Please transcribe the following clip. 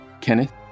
Kenneth